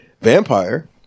Vampire